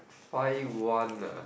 five one ah